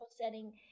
setting